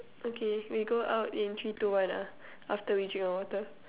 okay we go out in three two one ah after we drink our water